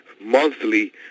monthly